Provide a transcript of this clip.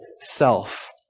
self